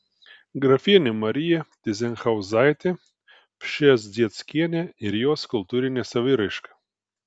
grafienė marija tyzenhauzaitė pšezdzieckienė ir jos kultūrinė saviraiška